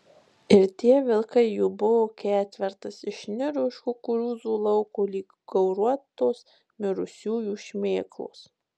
ir tie vilkai jų buvo ketvertas išniro iš kukurūzų lauko lyg gauruotos mirusiųjų šmėklos